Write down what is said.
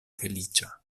feliĉa